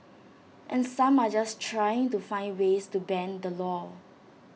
and some are just trying to find ways to bend the law